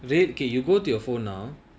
red can you go to your phone now